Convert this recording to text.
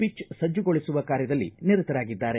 pitch ಸಜ್ನಗೊಳಿಸುವ ಕಾರ್ಯದಲ್ಲಿ ನಿರತರಾಗಿದ್ದಾರೆ